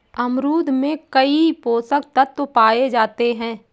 अमरूद में कई पोषक तत्व पाए जाते हैं